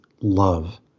love